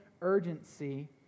urgency